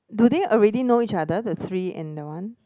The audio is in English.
do they already know each other the three and the one